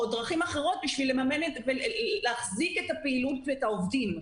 לדרכים אחרות בשביל לממן ולהחזיק את הפעילות ואת העובדים.